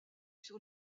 sur